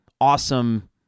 awesome